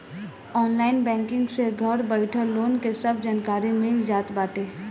online banking से घर बइठल लोन के सब जानकारी मिल जात बाटे